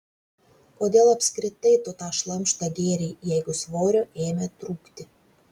kodėl apskritai tu tą šlamštą gėrei jeigu svorio ėmė trūkti